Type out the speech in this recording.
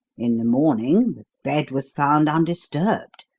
in the morning the bed was found undisturbed,